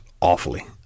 awfully